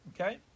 Okay